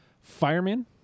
Fireman